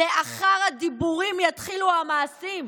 "לאחר הדיבורים יתחילו המעשים",